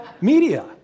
media